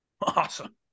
Awesome